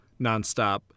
nonstop